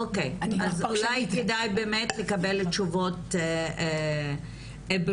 אולי כדאי באמת לקבל תשובות ברורות.